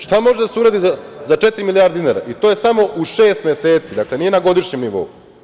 Šta može da se uradi za četiri milijardi dinara, to je samo u šest meseci, dakle, nije na godišnjem nivou?